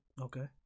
Okay